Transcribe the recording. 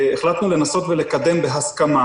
החלטנו לנסות לקדם בהסכמה